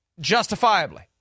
justifiably